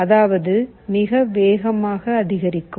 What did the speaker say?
அதாவது மிக வேகமாக அதிகரிக்கும்